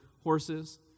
horses